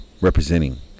representing